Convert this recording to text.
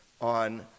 on